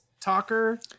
Talker